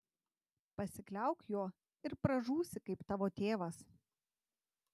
pasikliauk juo ir pražūsi kaip tavo tėvas